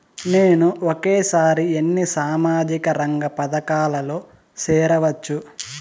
నేను ఒకేసారి ఎన్ని సామాజిక రంగ పథకాలలో సేరవచ్చు?